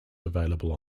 available